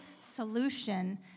solution